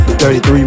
33